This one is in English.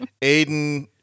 Aiden